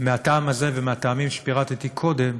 מהטעם הזה ומהטעמים שפירטתי קודם,